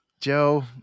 Joe